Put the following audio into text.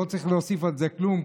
לא צריך להוסיף על זה כלום,